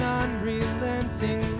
unrelenting